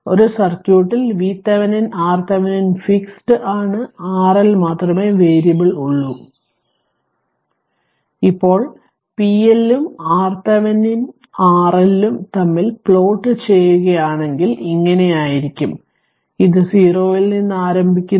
ഒരു സർക്യൂട്ട് ൽ VThevenin RThevenin fixed ആണ് RL മാത്രമേ വേരിയബിള് ഉള്ളു ഇപ്പോൾ pL ഉം RThevenin RL ഉം തമ്മിൽ പ്ലോട്ട് ചെയുക ആണെങ്കിൽ ഇങ്ങനെയായിരിക്കും ഇത് 0 ൽ നിന്ന് ആരംഭിക്കുന്നു